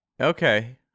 okay